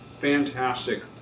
Fantastic